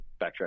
backtrack